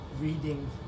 reading